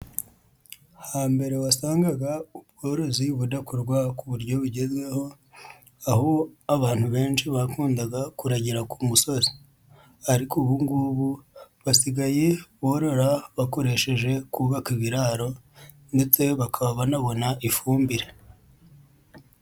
Hambere wasangaga ubworozi budakorwa ku buryo bugezweho, aho abantu benshi bakundaga kuragira ku musozi, ariko ubu ngubu basigaye borora bakoresheje kubaka ibiraro ndetse bakaba banabona ifumbire.